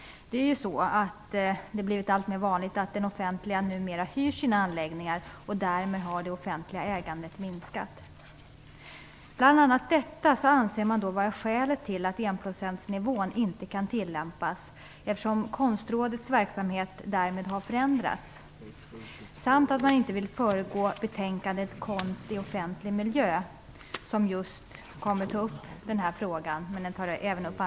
Det har blivit alltmer vanligt att det offentliga hyr sina lokaler och därmed har det offentliga ägandet minskat. Det är bl.a. detta som man anser vara skälet till att enprocentsnivån inte kan tillämpas, eftersom Konstrådets verksamhet har förändrats. Man vill inte föregå betänkandet Konst i offentlig miljö, där just denna fråga tas upp.